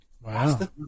wow